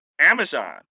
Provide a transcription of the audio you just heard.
Amazon